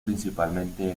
principalmente